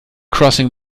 crossing